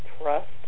trust